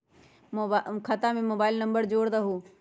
खाता में mobile number जोड़ दहु?